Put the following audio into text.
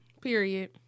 Period